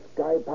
Sky